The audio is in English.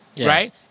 right